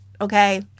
Okay